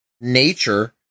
nature